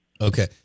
Okay